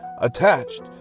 Attached